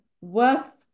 worth